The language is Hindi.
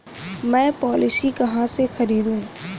मैं पॉलिसी कहाँ से खरीदूं?